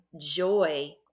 joy